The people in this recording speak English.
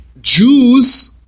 Jews